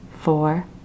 four